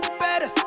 better